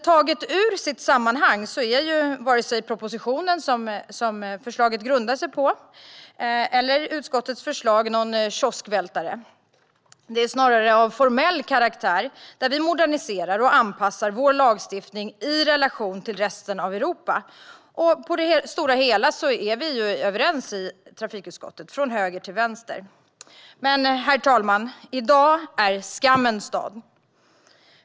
Taget ur sitt sammanhang är varken propositionen som förslaget grundar sig på eller utskottets förslag någon kioskvältare utan snarare av formell karaktär. Vi moderniserar och anpassar vår lagstiftning i relation till resten av Europa. På det stora hela är vi överens i trafikutskottet, från höger till vänster. Herr talman! I dag är en skammens dag.